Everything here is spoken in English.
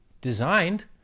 designed